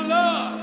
love